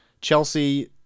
Chelsea